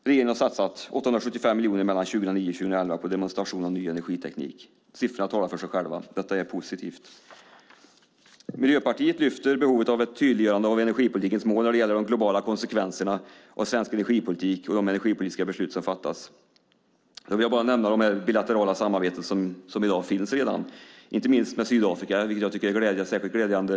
Regeringen har satsat 875 miljoner mellan 2009 och 2011 på demonstration av ny energiteknik. Siffrorna talar för sig själva. Detta är positivt. Miljöpartiet lyfter fram behovet av ett tydliggörande av energipolitikens mål när det gäller de globala konsekvenserna av svensk energipolitik och de energipolitiska beslut som fattas. Jag vill bara nämna de bilaterala samarbeten som finns redan i dag, inte minst med Sydafrika, vilket jag tycker är särskilt glädjande.